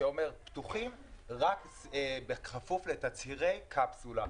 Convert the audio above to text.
שאומר: פתוחים רק בכפוף לתצהירי קפסולה.